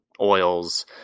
oils